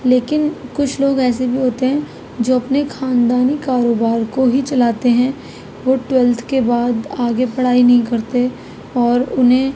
لیکن کچھ لوگ ایسے بھی ہوتے ہیں جو اپنے خاندانی کاروبار کو ہی چلاتے ہیں وہ ٹوئیلتھ کے بعد آگے پڑھائی نہیں کرتے اور انہیں